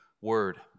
word